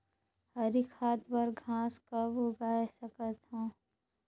हरी खाद बर घास कब उगाय सकत हो?